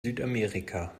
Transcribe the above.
südamerika